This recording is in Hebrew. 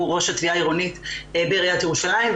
הוא ראש התביעה העירונית בעיריית ירושלים,